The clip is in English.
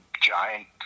giant